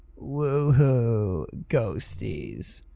woohoo. ghosties.